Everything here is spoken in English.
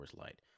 Light